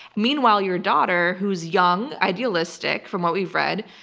meanwhile your daughter, who is young, idealistic, from what we've read,